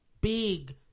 big